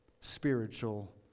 spiritual